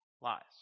lies